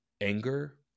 anger